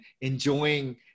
enjoying